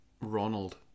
Ronald